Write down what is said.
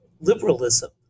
liberalism